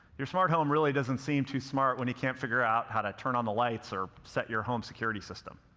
your smart home really doesn't seem too smart when it can't figure out how to turn on the lights or set your home security system.